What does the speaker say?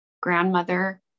grandmother